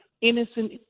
innocent